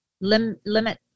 Limit